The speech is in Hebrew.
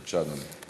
בבקשה, אדוני.